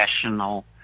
professional